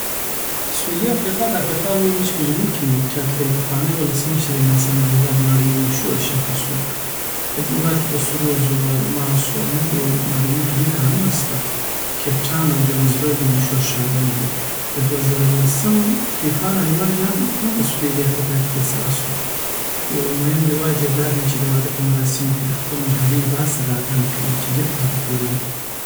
سویلي افریقا د افریقا لویی وچی په جنوب کی موقعیت لری پخوانی ولسمشریی نیلسن منډیلا د نړی یو مشهور شخص وو په دې هیواد کی د سرو زرو، الماسو او نورو معدنیاتو لوی کانونه سته کیپ ټاون او جوهانسبرګ مشهوره ښارونه دی. د دوه زره او لس فیفا نړیوال جام هم په سویلی افرقا کی ترسه سو یومهم رواج یی دا دی چی د واده په مراسموکی د خپل محلی لباس سره اتڼ کوی چی ډیر په زړه پوری دی